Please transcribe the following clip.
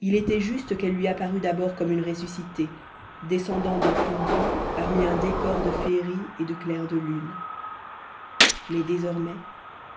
il était juste qu'elle lui apparût d'abord comme une ressuscitée descendant d'un tombeau parmi un décor de féerie et de clair de lune mais désormais